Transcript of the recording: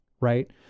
right